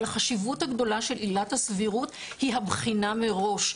אבל החשיבות הגדולה של עילת הסבירות היא הבחינה מראש,